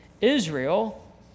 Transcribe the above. Israel